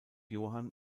johann